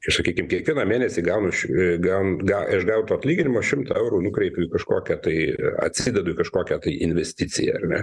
ir sakykim kiekvieną mėnesį gaunu iš gan ga iš gauto atlyginimo šimtą eurų nukreipiu į kažkokią tai atsidedu į kažkokią tai investiciją ar ne